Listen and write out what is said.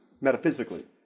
metaphysically